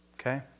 Okay